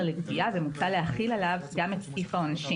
נורמות שיש להן משמעות נורמטיבית לא